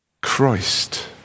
Christ